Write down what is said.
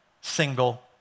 single